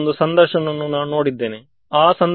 so ಇದನ್ನು ನಾವು ಅಸೈನ್ಮೆಂಟಿನಲ್ಲಿ ಮಾಡೋಣ